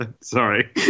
Sorry